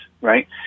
right